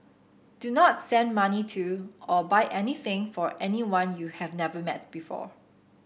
do not send money to or buy anything for anyone you have never met before